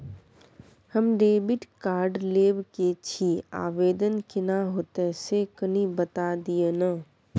हम debit card लेब के छि, आवेदन केना होतै से कनी बता दिय न?